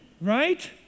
right